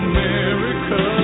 America